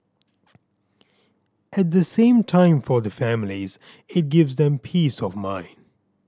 at the same time for the families it gives them peace of mind